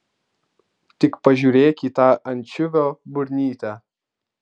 tik pažiūrėk į tą ančiuvio burnytę